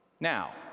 Now